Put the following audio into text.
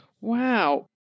Wow